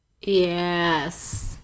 Yes